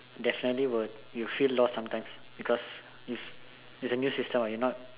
definitely would you feel lost sometime because it's it's a new system what you're not